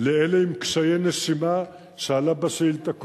לכאלה שהם עם קשיי נשימה, מה שעלה בשאילתא קודם.